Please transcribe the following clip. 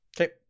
Okay